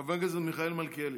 חבר הכנסת מיכאל מלכיאלי.